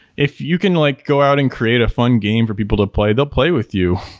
if you can like go out and create a fun game for people to play, they'll play with you.